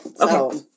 Okay